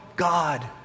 God